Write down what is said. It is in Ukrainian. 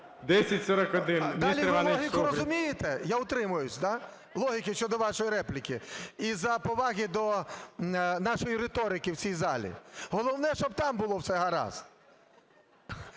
далі ви логіку розумієте, я утримаюсь, да, логіку щодо вашої репліки із-за поваги до нашої риторики в цій залі. Головне, щоб там було все гаразд,